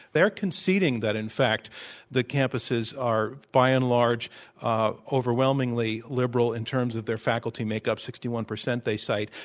they're conceding that in fact the campuses are by and large overwhelmingly liberal in terms of their faculty makeup. sixty one percent, they cite.